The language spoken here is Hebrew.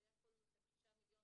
מתקציב שהיה קודם לכן 6 מיליון,